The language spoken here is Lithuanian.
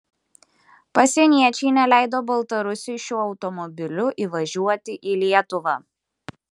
pasieniečiai neleido baltarusiui šiuo automobiliu įvažiuoti į lietuvą